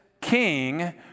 king